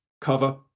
cover